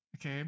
okay